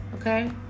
okay